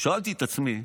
שאלתי את עצמי,